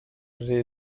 rhy